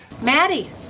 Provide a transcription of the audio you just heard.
Maddie